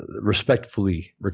respectfully